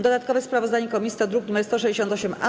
Dodatkowe sprawozdanie komisji to druk nr 168-A.